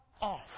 off